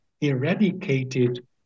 eradicated